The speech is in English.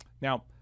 Now